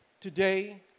today